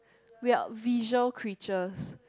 we're visual creatures